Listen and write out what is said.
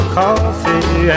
coffee